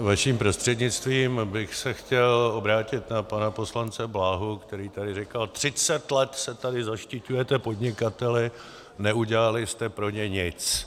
Vaším prostřednictvím bych se chtěl obrátit na pana poslance Bláhu, který tady říkal: Třicet let se tady zaštiťujete podnikateli, neudělali jste pro ně nic.